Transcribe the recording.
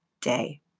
day